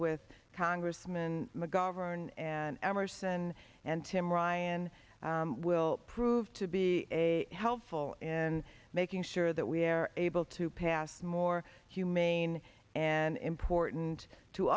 with congressman mcgovern and emerson and tim ryan will prove to be a helpful in making sure that we are able to pass more humane and important to